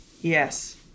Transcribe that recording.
Yes